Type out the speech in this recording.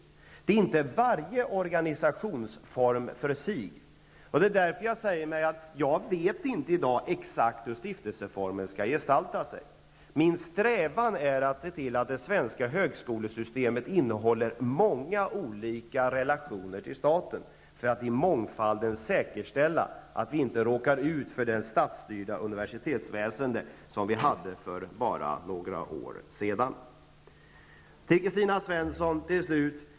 Det handlar inte om varje organisationsform för sig. Det är därför som jag i dag säger att jag inte exakt vet hur stiftelseformen skall gestalta sig. Min strävan är att se till att det svenska högskolesystemet innehåller många olika relationer till staten för att i mångfalden säkerställa att vi inte råkar ut för det statsstyrda universitetsväsende som vi hade för bara några år sedan. Låt mig till slut säga några ord till Kristina Svensson.